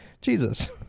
Jesus